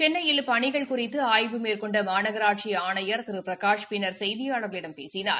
சென்னையில் இப்பணிகள் குறித்து ஆய்வு மேற்கொண்ட மாநகராட்சி ஆணையா் திரு பிரகாஷ் பின்னர் செய்தியாளர்களிடம் பேசினார்